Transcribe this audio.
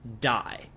die